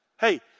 Hey